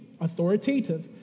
authoritative